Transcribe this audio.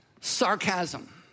Sarcasm